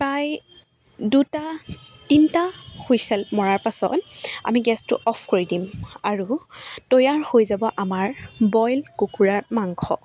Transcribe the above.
প্ৰায় দুটা তিনিটা হুইচেল মৰা পাছত আমি গেছটো অফ কৰি দিম আৰু তৈয়াৰ হৈ যাব আমাৰ বইল কুকুৰাৰ মাংস